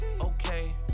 okay